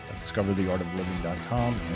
discovertheartofliving.com